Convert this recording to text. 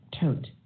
tote